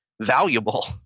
valuable